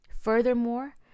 Furthermore